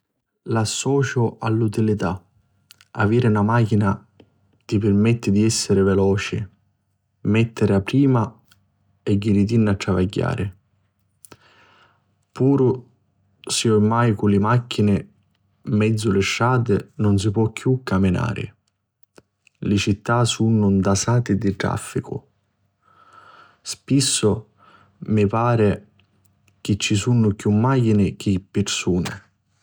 L'associu a l'utilità. Aviri na machina ti pirmetti di esseri veloci, mettir 'n prima e jiritinni a travagghiari. Puru si ormai cu li machini 'n menzu li strati nun si po chiù caminari, li città sunnu ntasati di traficu. Spissu mi pari chi ci sunnu chiù machini chi pirsuni.